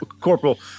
Corporal